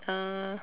uh